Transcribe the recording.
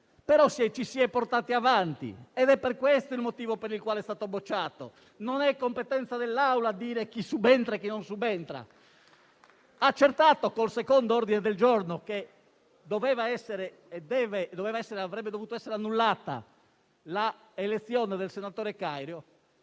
Però ci si è portati avanti ed è questo il motivo per il quale è stato bocciato; non è competenza dell'Assemblea dire chi subentra e chi non subentra. Accertato, con il secondo ordine del giorno, che avrebbe dovuto essere annullata l'elezione del senatore Cario,